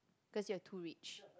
cause you are too rich